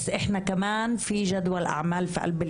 זה הכאב של אימהות שאיבדו את הילדים שלהן,